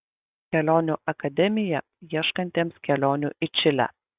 kelionių akademija ieškantiems kelionių į čilę